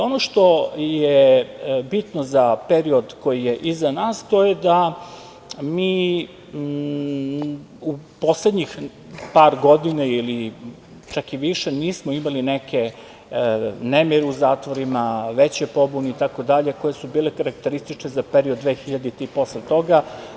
Ono što je bitno za period koji je iza nas, to je da mi u poslednjih par godina ili čak i više nismo imali neke nemire u zatvorima, veće pobune i tako dalje, koje su bile karakteristične za period 2000. godine i posle toga.